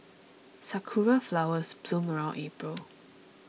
sakura flowers bloom around April